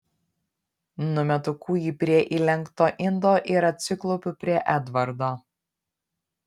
numetu kūjį prie įlenkto indo ir atsiklaupiu prie edvardo